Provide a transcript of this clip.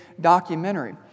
documentary